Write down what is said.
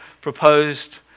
proposed